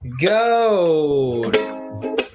go